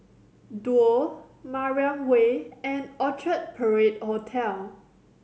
Duo Mariam Way and Orchard Parade Hotel